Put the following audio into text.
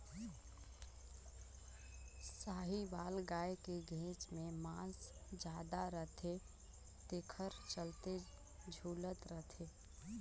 साहीवाल गाय के घेंच में मांस जादा रथे तेखर चलते झूलत रथे